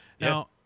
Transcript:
Now